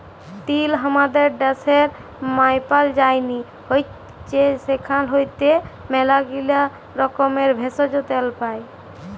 তিল হামাদের ড্যাশের মায়পাল যায়নি হৈচ্যে সেখাল হইতে ম্যালাগীলা রকমের ভেষজ, তেল পাই